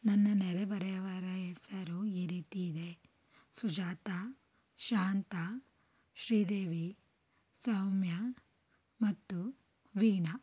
ನನ್ನ ನೆರೆಹೊರೆಯವರ ಹೆಸರು ಈ ರೀತಿ ಇದೆ ಸುಜಾತಾ ಶಾಂತಾ ಶ್ರೀದೇವಿ ಸೌಮ್ಯ ಮತ್ತು ವೀಣಾ